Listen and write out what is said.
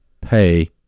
Pay